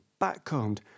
backcombed